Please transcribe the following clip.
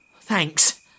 Thanks